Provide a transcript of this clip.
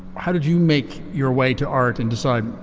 how did you make your way to art and design.